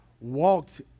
walked